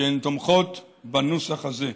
שהן תומכות בנוסח הזה.